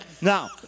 Now